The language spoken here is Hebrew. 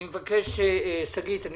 שגית, אני